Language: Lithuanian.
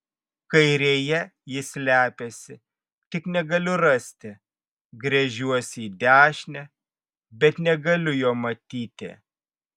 kairėje jis slepiasi tik negaliu rasti gręžiuosi į dešinę bet negaliu jo matyti